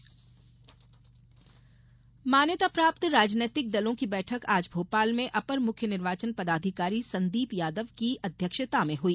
निर्वाचन बैठक मान्यता प्राप्त राजनैतिक दलों की बैठक आज भोपाल में अपर मुख्य निर्वाचन पदाधिकारी संदीप यादव की अध्यक्षता में हई